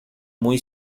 muy